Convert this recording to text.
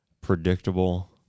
predictable